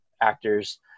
actors